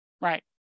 Right